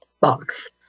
box